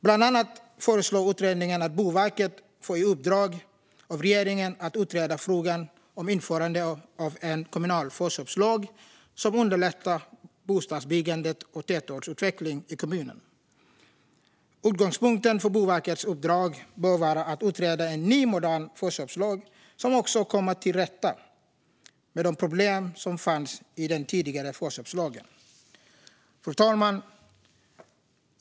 Bland annat föreslår utredningen att Boverket ska få i uppdrag av regeringen att utreda frågan om införandet av en kommunal förköpslag som ska underlätta bostadsbyggande och tätortsutveckling i kommunerna. Utgångspunkten för Boverkets uppdrag bör vara att utreda en ny, modern förköpslag som också kommer till rätta med de problem som fanns i den tidigare förköpslagen. Fru talman!